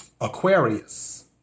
Aquarius